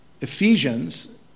Ephesians